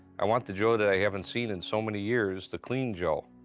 i want the joe that i haven't seen in so many years, the clean joe,